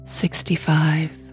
sixty-five